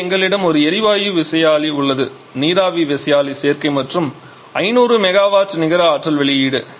இங்கே எங்களிடம் ஒரு எரிவாயு விசையாழி உள்ளது நீராவி விசையாழி சேர்க்கை மற்றும் 500 மெகாவாட் நிகர ஆற்றல் வெளியீடு